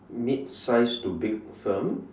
mid size to big firm